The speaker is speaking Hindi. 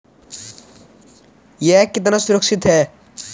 यह कितना सुरक्षित है?